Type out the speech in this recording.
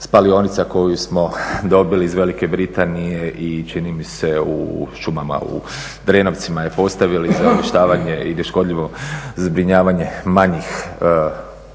spalionica koju smo dobili iz Velike Britanije i čini mi se u šumama u Drenovcima je postavili za uništavanje i neškodljivo zbrinjavanje manjih